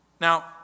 Now